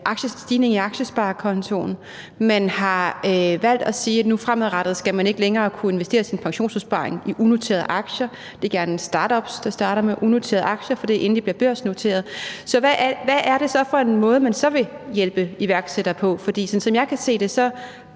stigningen i aktiesparekontoen. Regeringen har valgt at sige, at fremadrettet skal man ikke længere kunne investere sin pensionsopsparing i unoterede aktier. Det er gerne startups, der starter med unoterede aktier, for det er, inden de bliver børsnoteret. Så hvad er det for en måde, man så vil hjælpe iværksættere på? For sådan som jeg kan se det,